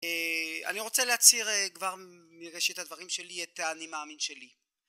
אני רוצה להצהיר כבר מראשית הדברים שלי את האני מאמין שלי